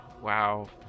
wow